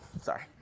Sorry